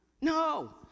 No